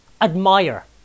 admire